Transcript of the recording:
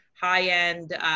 high-end